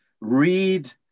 read